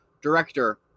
director